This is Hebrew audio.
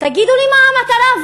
תגידו לי מה המטרה,